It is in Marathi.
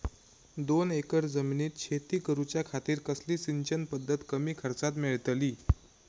दोन एकर जमिनीत शेती करूच्या खातीर कसली सिंचन पध्दत कमी खर्चात मेलतली?